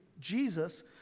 Jesus